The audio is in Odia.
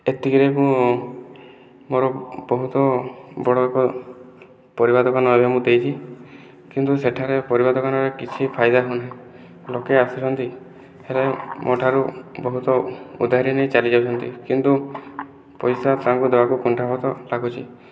ଏତିକିରେ ମୁଁ ମୋର ବହୁତ ବଡ଼ ଏକ ପରିବା ଦୋକାନ ଆଗେ ମୁଁ ଦେଇଛି କିନ୍ତୁ ସେଠାରେ ପରିବା ଦୋକାନରେ କିଛି ଫାଇଦା ହେଉନାହିଁ ଲୋକେ ଆସିଛନ୍ତି ହେଲେ ମୋ ଠାରୁ ବହୁତ ଉଧାରୀ ନେଇ ଚାଲି ଯାଉଛନ୍ତି କିନ୍ତୁ ପଇସା ତାଙ୍କୁ ଦେବାକୁ କୁଣ୍ଠାବୋଧ ଲାଗୁଛି